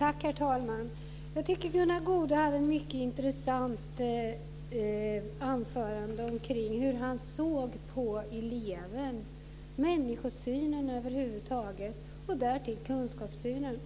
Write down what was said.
Fru talman! Jag tycker att Gunnar Goude hade ett intressant anförande om hur han såg på eleven, människosynen och kunskapssynen.